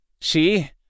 She